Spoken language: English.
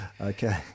okay